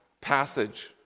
passage